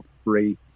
free